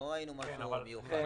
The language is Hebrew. לא ראינו משהו מיוחד.